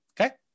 Okay